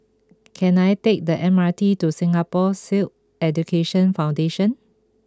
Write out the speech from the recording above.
can I take the M R T to Singapore Sikh Education Foundation